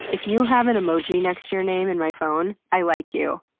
if you have an emoji next to your name in my phone, i like you.